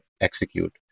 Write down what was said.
execute